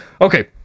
Okay